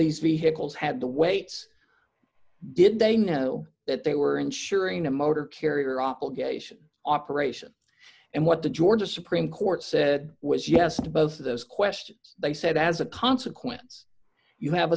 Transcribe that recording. these vehicles had to wait did they know that they were insuring a motor carrier obligation operation and what the georgia supreme court said was yes to both of those questions they said as a consequence you have